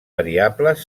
variables